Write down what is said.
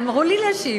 אמרו לי להשיב.